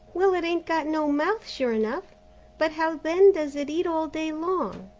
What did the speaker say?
well, it ain't got no mouth, sure enough but how then does it eat all day long?